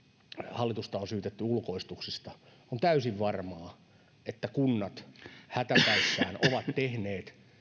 hallitusta on syytetty ulkoistuksista on täysin varmaa että kunnat hätäpäissään ovat tehneet